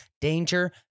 danger